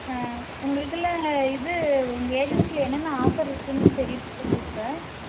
உங்கள் இதில் இது உங்கள் ஏஜென்சியில் என்னென்ன ஆஃபர் இருக்குன்னு தெரியத்துக்கு தான் கூப்பிடேன்